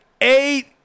Eight